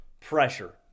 Pressure